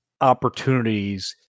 opportunities